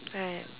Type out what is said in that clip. right